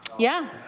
yeah.